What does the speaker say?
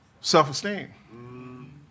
self-esteem